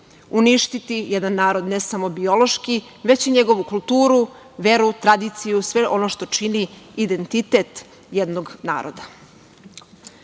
uništiti jedan narod ne samo biološki, već i njegovu kulturu, veru, tradiciju, sve ono što čini identitet jednog